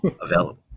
available